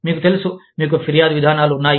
మీకు తెలుసు మీకు ఫిర్యాదు విధానాలు ఉన్నాయి